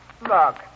Look